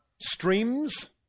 streams